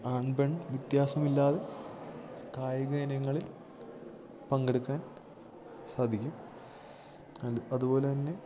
ആൺപെൺ വിത്യാസമില്ലാതെ കായിക ഇനങ്ങളിൽ പങ്കെടുക്കാൻ സാധിക്കും അതുപോലെ തന്നെ